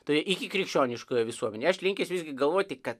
tai ikikrikščioniškoje visuomenėje aš linkęs visgi galvoti kad